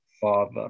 Father